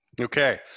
Okay